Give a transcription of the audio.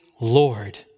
Lord